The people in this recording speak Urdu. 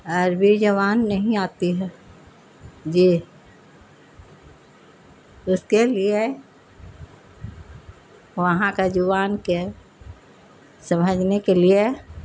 عربی زبان نہیں آتی ہے جی اس کے لیے وہاں کا زبان کے سمھجنے کے لیے